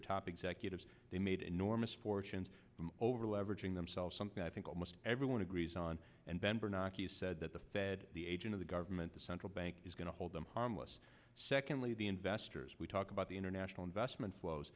their top executives they made enormous fortunes over leveraging themselves something i think almost everyone agrees on and ben bernanke has said that the fed the agent of the government the central bank is going to hold them harmless secondly the investors we talk about the international investment flows